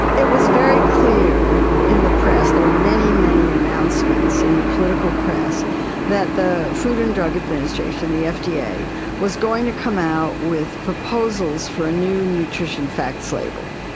it was very clear in the press, there were many, many announcements in the political press that the food and drug administration, the fda, was going to come out with proposals for a new nutrition facts label.